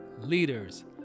leaders